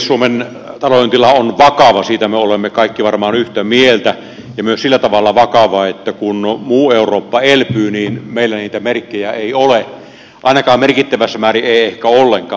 suomen talouden tila on vakava siitä me olemme kaikki varmaan yhtä mieltä ja myös sillä tavalla vakava että kun muu eurooppa elpyy niin meillä niitä merkkejä ei ole ainakaan merkittävässä määrin ei ehkä ollenkaan